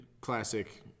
classic